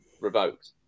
revoked